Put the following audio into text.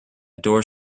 door